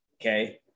okay